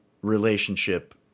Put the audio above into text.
relationship